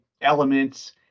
elements